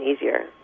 easier